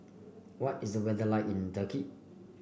what is the weather like in Turkey